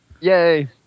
yay